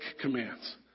commands